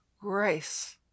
grace